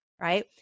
right